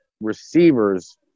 receivers